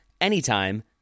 anytime